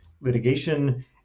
litigation